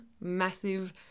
massive